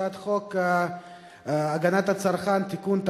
הצעת חוק הגנת הצרכן (תיקון,